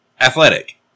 athletic